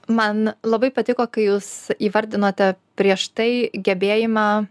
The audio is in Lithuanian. man labai patiko kai jūs įvardinote prieš tai gebėjimą